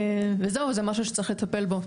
וזה משהו שצריך לטפל בו.